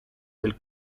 del